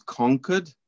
conquered